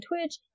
Twitch